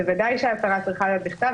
בוודאי שההצהרה צריכה להיות בכתב,